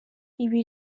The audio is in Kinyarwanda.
ibi